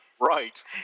Right